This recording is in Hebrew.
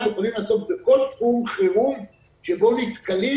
הם יכולים לעסוק בכל תחום חירום שבו הם נתקלים